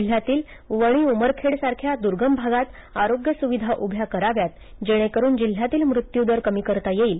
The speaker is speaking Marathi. जिल्ह्यातील वणी उमरखेड सारख्या दूर्गम भागांत आरोग्य सुविधा उभ्या कराव्यात जेणेकरुन जिल्ह्यातील मृत्यूदर कमी करता येईल